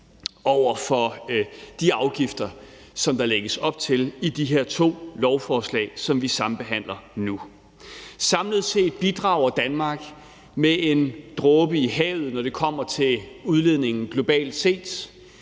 over for de afgifter, som der lægges op til i de to lovforslag, som vi sambehandler nu. Samlet set bidrager Danmark med en dråbe i havet, når det kommer til udledningen globalt set.